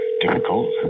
difficult